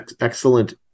excellent